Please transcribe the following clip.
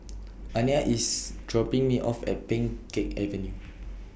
Aniyah IS dropping Me off At Pheng Geck Avenue